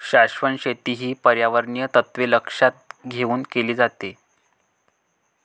शाश्वत शेती ही पर्यावरणीय तत्त्वे लक्षात घेऊन केली जाते